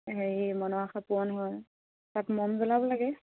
হেৰি মনৰ আশা পূৰণ হয় তাত মম জ্বলাব লাগে